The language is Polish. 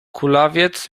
kulawiec